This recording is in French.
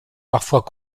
parfois